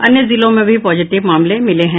अन्य जिलों में भी पॉजिटिव मामले मिले हैं